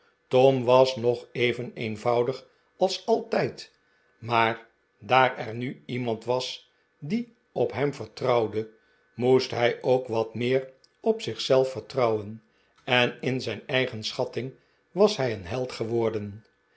tom was nog even eenvoudig als altijd maar daar er nu iemand was die op hem vertrouwde moest hij ook wat meer op zich zelf vertrouwen en in zijn eigen schatting was hij een held geworden